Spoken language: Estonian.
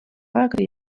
aegade